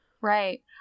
right